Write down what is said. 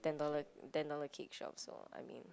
ten dollar ten dollar cake shops or I mean